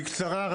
בקצרה,